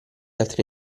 altri